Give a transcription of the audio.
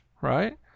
right